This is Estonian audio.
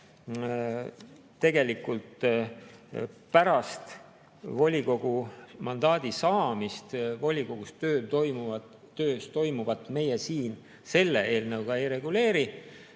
Tegelikult pärast volikogu mandaadi saamist volikogu töös toimuvat meie siin selle eelnõu kohaselt ei reguleeri.